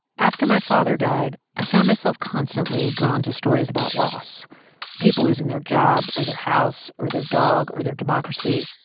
after my father died, i found myself constantly drawn to stories about loss people losing their job or their house or their dog or their democracy.